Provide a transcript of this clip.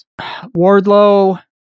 Wardlow